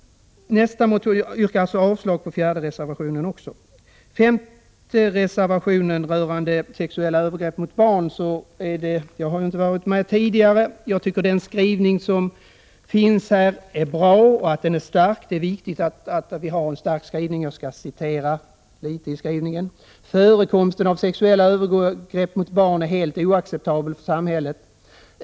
Jag yrkar avslag även på den fjärde reservationen. Reservation 5 rörande sexuella övergrepp mot barn har inte varit med tidigare. Jag tycker att utskottets skrivning är bra. Det är viktigt med en stark skrivning och jag vill citera ur den: ”Förekomsten av sexuella övergrepp mot barn är helt oacceptabel för samhället.